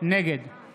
נגד מאיר יצחק